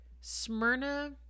Smyrna